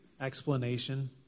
explanation